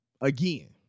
Again